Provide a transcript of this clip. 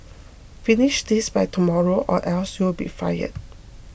finish this by tomorrow or else you'll be fired